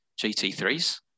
gt3s